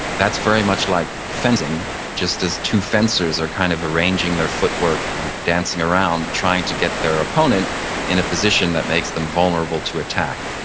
that's very much like fencing just as two fencers are kind of arranging their footwork and dancing around trying to get their opponent in a position that makes them vulnerable to attack.